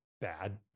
bad